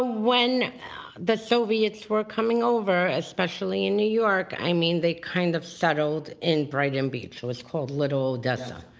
ah when the soviets were coming over, especially in new york, i mean they kind of settled in brighton beach. it was called little odessa.